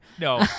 No